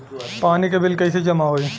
पानी के बिल कैसे जमा होयी?